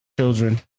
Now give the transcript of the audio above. children